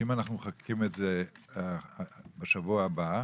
שאם אנחנו מחוקקים את זה בשבוע הבא,